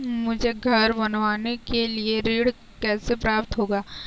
मुझे घर बनवाने के लिए ऋण कैसे प्राप्त होगा?